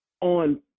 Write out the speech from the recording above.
on